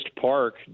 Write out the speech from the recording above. Park